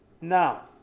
now